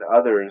others